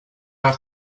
have